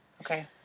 Okay